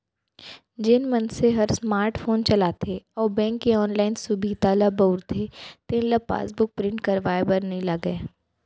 जेन मनसे हर स्मार्ट फोन चलाथे अउ बेंक के ऑनलाइन सुभीता ल बउरथे तेन ल पासबुक प्रिंट करवाए बर नइ लागय